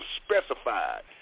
specified